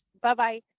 Bye-bye